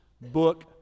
book